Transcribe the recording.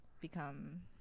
become